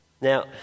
Now